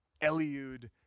Eliud